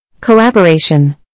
collaboration